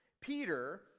Peter